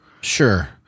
Sure